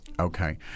Okay